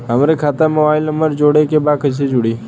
हमारे खाता मे मोबाइल नम्बर जोड़े के बा कैसे जुड़ी?